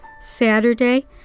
Saturday